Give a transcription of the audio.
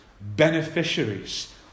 beneficiaries